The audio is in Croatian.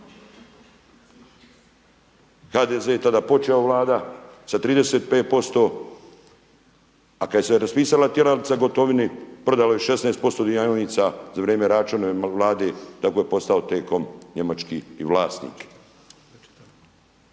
HDZ-e je tada počeo, vlada sa 35%, a kada se raspisala tjeralica Gotovini prodala je 16% dionica za vrijeme Račanove vlade tako je postao TCOM njemački i vlasnik.